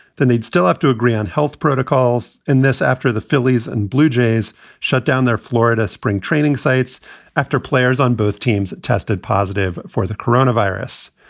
then they'd still have to agree on health protocols. in this, after the phillies and blue jays shut down their florida spring training sites after players on both teams tested positive for the corona virus.